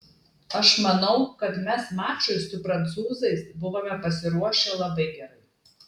aš manau kad mes mačui su prancūzais buvome pasiruošę labai gerai